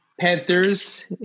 panthers